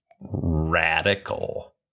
Radical